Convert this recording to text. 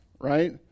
right